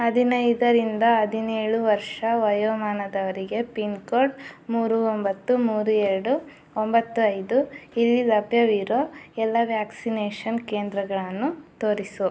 ಹದಿನೈದರಿಂದ ಹದಿನೇಳು ವರ್ಷ ವಯೋಮಾನದವರಿಗೆ ಪಿನ್ ಕೋಡ್ ಮೂರು ಒಂಬತ್ತು ಮೂರು ಎರಡು ಒಂಬತ್ತು ಐದು ಇಲ್ಲಿ ಲಭ್ಯವಿರೋ ಎಲ್ಲ ವ್ಯಾಕ್ಸಿನೇಷನ್ ಕೇಂದ್ರಗಳನ್ನು ತೋರಿಸು